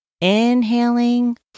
inhaling